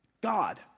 God